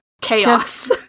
Chaos